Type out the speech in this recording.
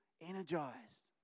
energized